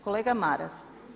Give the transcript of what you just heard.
Kolega Maras.